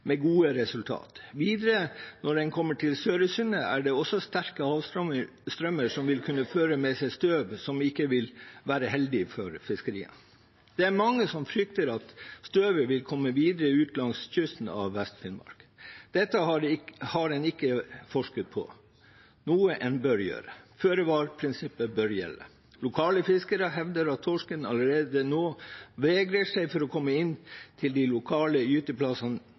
med tidevannskraft, med gode resultater. Videre, når man kommer til Sørøysundet, er det også sterke havstrømmer som vil kunne føre med seg støv, som ikke vil være heldig for fiskeriene. Det er mange som frykter at støvet vil komme videre ut langs kysten av Vest-Finnmark. Dette har man ikke forsket på, noe man bør gjøre. Føre-var-prinsippet bør gjelde. Lokale fiskere hevder at torsken allerede nå vegrer seg for å komme inn til de lokale gyteplassene